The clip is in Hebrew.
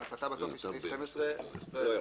ההחלטה בסוף היא שסעיף 12 לא יחול.